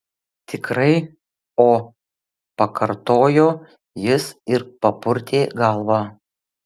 tikrai o pakartojo jis ir papurtė galvą